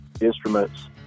instruments